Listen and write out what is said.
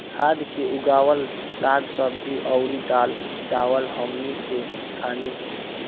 खाद से उगावल साग सब्जी अउर दाल चावल हमनी के खानी